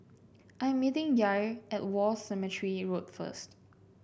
I am meeting Yair at War Cemetery Road first